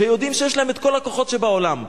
שיודעים שיש להם כל הכוחות שבעולם,